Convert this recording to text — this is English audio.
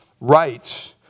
rights